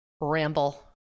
ramble